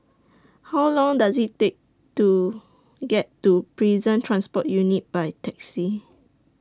How Long Does IT Take to get to Prison Transport Unit By Taxi